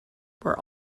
were